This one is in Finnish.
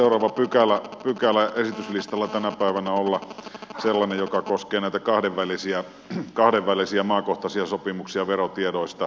taitaa seuraava pykälä esityslistalla tänä päivänä olla sellainen joka koskee näitä kahdenvälisiä maakohtaisia sopimuksia verotiedoista ynnä muuta